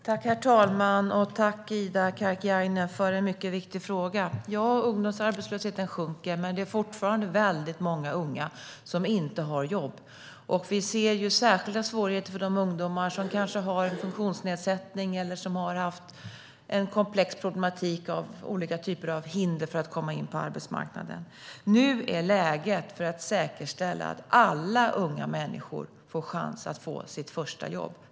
Herr talman! Jag tackar Ida Karkiainen för en mycket viktig fråga. Ja, ungdomsarbetslösheten sjunker, men det är fortfarande väldigt många unga som inte har jobb. Vi ser särskilda svårigheter till exempel för de ungdomar som har en funktionsnedsättning eller har haft en komplex problematik med olika typer av hinder för att komma in på arbetsmarknaden. Nu är det läge att säkerställa att alla unga människor får chans att få sitt första jobb.